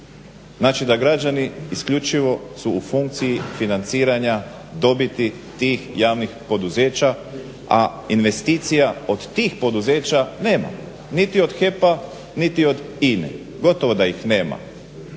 Znači da građani isključivo su u funkciji financiranja dobiti tih javnih poduzeća, a investicija od tih poduzeća nemamo niti od HEP-a, niti od INA-e. Gotovo da ih nema.